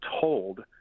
told